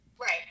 Right